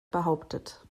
behauptet